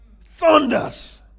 thunders